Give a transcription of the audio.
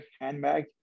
handbag